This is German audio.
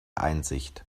einsicht